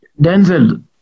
Denzel